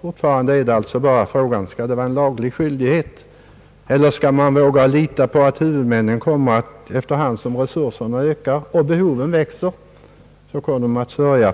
Fortfarande är frågan alltså bara: Skall det vara en laglig skyldighet, eller skall man våga lita på att huvudmännen efter hand som resurserna ökar och behoven växer kommer att sörja